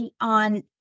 on